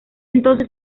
entonces